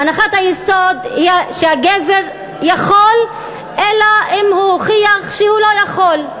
הנחת היסוד היא שהגבר יכול אלא אם הוא הוכיח שהוא לא יכול.